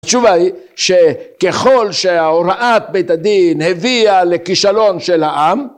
התשובה היא שככל שההוראת בית הדין הביאה לכישלון של העם